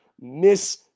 miss